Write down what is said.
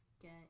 get